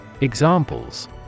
Examples